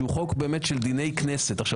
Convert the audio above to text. שהוא חוק באמת של דיני כנסת עכשיו,